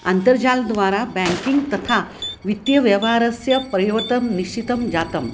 अन्तर्जालद्वारा बेङ्किङ्ग् तथा वित्तीयव्यवहारस्य परिवर्तनं निश्चितं जातं